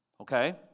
Okay